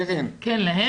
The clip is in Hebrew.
קרן.